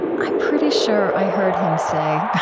i'm pretty sure i heard him say,